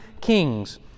kings